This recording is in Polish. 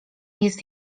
jest